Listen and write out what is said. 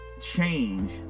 change